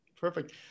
Perfect